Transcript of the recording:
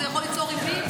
זה יכול ליצור ריבים,